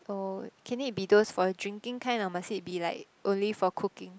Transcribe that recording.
oh can it be those for the drinking kind or must it be like only for cooking